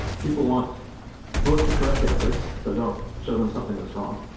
people want both correct answers. so don't show them something that's wrong,